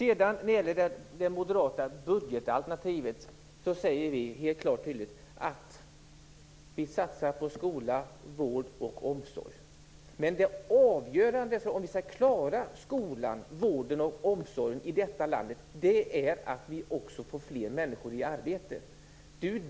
I det moderata budgetaltenativet säger vi klart och tydligt att vi satsar på skola, vård och omsorg. Men det som är avgörande för om vi skall klara skolan, vården och omsorgen i detta land är att vi också får fler människor i arbete.